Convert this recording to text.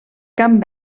camp